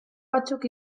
batzuk